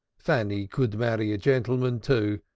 fanny could marry a gentlemen, too,